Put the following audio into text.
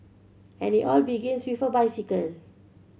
and it all begins with a bicycle